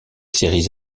séries